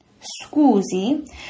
Scusi